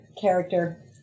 character